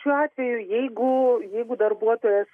šiuo atveju jeigu jeigu darbuotojas